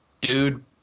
dude